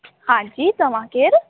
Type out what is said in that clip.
हा जी तव्हां केरु